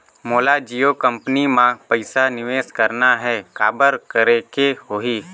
मोला जियो कंपनी मां पइसा निवेश करना हे, काबर करेके होही?